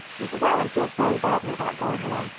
mrs. allan feels very badly about going away.